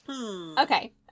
Okay